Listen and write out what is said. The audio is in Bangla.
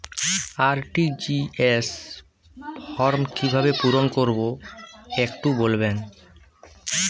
আর.টি.জি.এস ফর্ম কিভাবে পূরণ করবো একটু বলবেন?